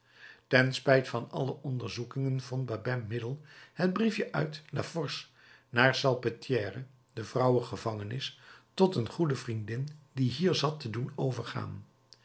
ten spijt van alle onderzoekingen vond babet middel het briefje uit la force naar salpetrière de vrouwengevangenis tot een goede vriendin die hier zat te doen overgaan